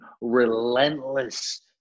relentless